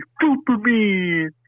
Superman